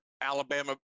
Alabama